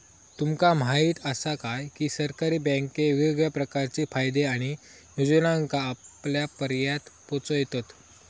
तुमका म्हायत आसा काय, की सरकारी बँके वेगवेगळ्या प्रकारचे फायदे आणि योजनांका आपल्यापर्यात पोचयतत